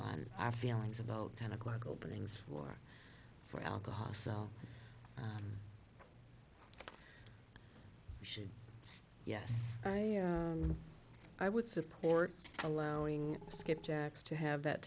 on our feelings about ten o'clock openings floor for alcohol so we should yes i would support allowing skipjack to have that